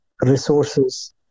resources